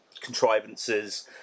Contrivances